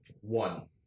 one